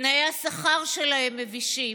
תנאי השכר שלהם מבישים,